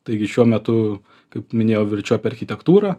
taigi šiuo metu kaip minėjau verčiu apie architektūrą